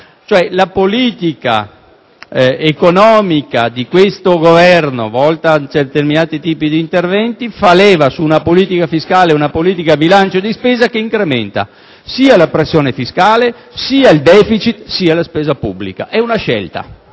La politica economica di questo Governo, volta a porre in essere un determinato tipo di interventi, fa leva su una politica fiscale e di bilancio di spesa che incrementa sia la pressione fiscale, sia il *deficit* che la spesa pubblica. È una scelta.